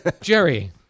Jerry